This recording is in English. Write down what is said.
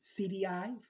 CDI